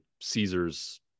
caesars